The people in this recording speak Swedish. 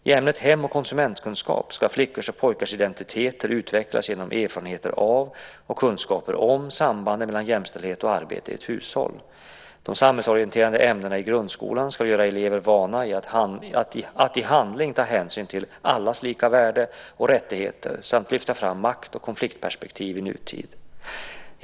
I ämnet hem och konsumentkunskap ska flickors och pojkars identiteter utvecklas genom erfarenheter av och kunskaper om sambanden mellan jämställdhet och arbetet i ett hushåll. De samhällsorienterande ämnena i grundskolan ska göra eleverna vana att i handling ta hänsyn till allas lika värde och rättigheter samt lyfta fram makt och konfliktperspektiv i nutid.